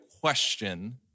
question